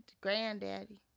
Granddaddy